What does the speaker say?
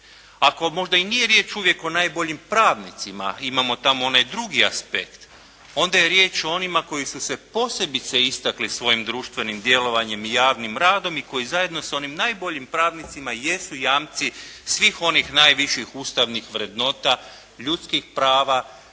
Ako možda i nije riječ uvijek o najboljim pravnicima, imamo tamo onaj drugi aspekt, onda je riječ o onima koji su se posebice istakli svojim društvenim djelovanjem i javnim radom i koji zajedno s onim najboljim pravnicima jesu jamci svih onih najviših ustavnih vrednota, ljudskih prava